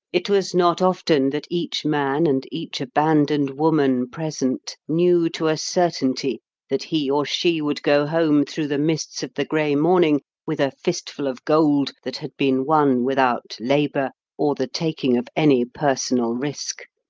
it was not often that each man and each abandoned woman present knew to a certainty that he or she would go home through the mists of the grey morning with a fistful of gold that had been won without labour or the taking of any personal risk